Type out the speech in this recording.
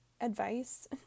advice